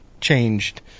changed